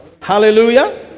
Hallelujah